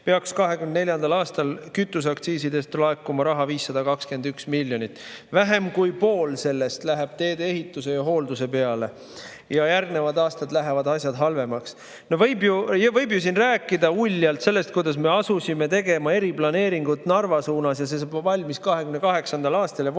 peaks 2024. aastal kütuseaktsiisidest laekuma 521 miljonit eurot, vähem kui pool sellest läheb teedeehituse ja hoolduse peale. Ja järgnevatel aastatel lähevad asjad halvemaks. No võib ju siin rääkida uljalt sellest, kuidas me asusime tegema eriplaneeringut Narva suuna [teelõigule] ja et see saab valmis 2028. aastal ja vot siis